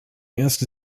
erste